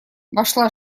вошла